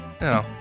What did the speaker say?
No